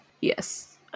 Yes